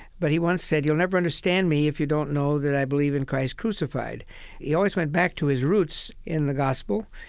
but he once said, you'll never understand me if you don't know that i believe in christ crucified he always went back to his roots in the gospel,